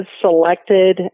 selected